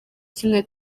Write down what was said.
kimwe